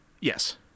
Yes